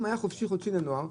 אם היה חופשי-חודשי לנוער,